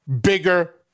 bigger